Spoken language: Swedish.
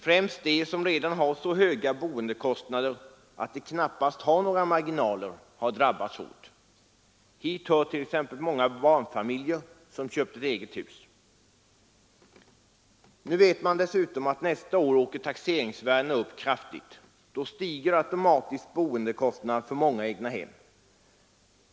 Främst de som redan betalar så höga boendekostnader att de knappast har några marginaler drabbas hårt. Hit hör t.ex. många barnfamiljer som köpt egnahem. Nu vet man dessutom att taxeringsvärdena nästa år går upp kraftigt. Då stiger automatiskt boendekostnaderna i många egnahem.